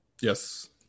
Yes